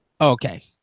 okay